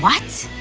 what?